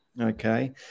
okay